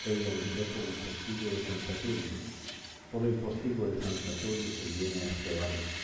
ella entró por el postigo de san saturio por el postigo de san saturio se viene a este barrio